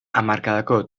hamarkadako